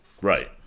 Right